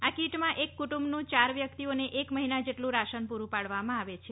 આ કીટમાં એક કુંટુંબનું ચાર વ્યકિતઓને એક મહિના જેટલું રાશન પૂરૂં પાડવામાં આવે છે